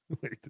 Wait